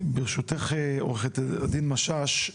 ברשותך, עורכת הדין משש,